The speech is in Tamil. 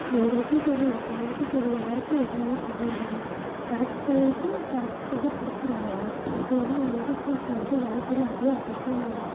எங்களுக்கும் சரி மற்றவங்களுக்கும் சரி யாருக்கும் எதுவுமே பண்ணாதீங்க கரெக்ட் டைமுக்கு கரெக்ட் ஃபுட்டை கொடுத்துருங்க அண்ணா ஏன்னா வந்துவிட்டு ஃபுட் வந்துவிட்டு வாழ்க்கையில் அவ்வளோ அவசியமானது